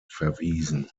verwiesen